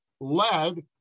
led